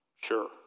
Sure